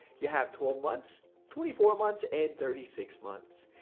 you have twelve months, twenty four months, and thirty six months.